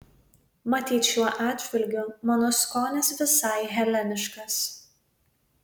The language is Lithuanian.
matyt šiuo atžvilgiu mano skonis visai heleniškas